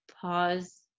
pause